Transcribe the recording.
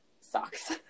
socks